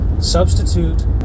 substitute